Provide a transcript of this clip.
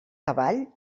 cavall